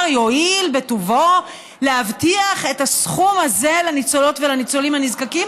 יואיל בטובו להבטיח את הסכום הזה לניצולות ולניצולים הנזקקים,